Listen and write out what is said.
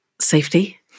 safety